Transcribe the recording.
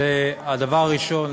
דבר ראשון,